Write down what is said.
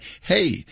hey